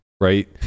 right